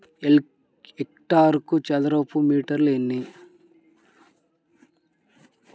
హెక్టారుకు చదరపు మీటర్లు ఎన్ని?